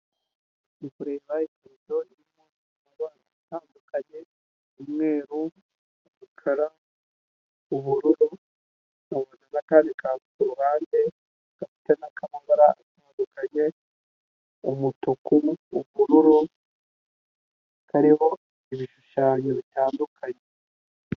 Kure hi kurutondwa itandukanye umweruumukara ubururu amubonaanakandi ka kuruhandefite n'akaba itandukanye umutuku n' ubururutaho ibishushanyo bitandukanye